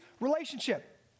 relationship